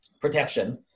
protection